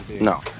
no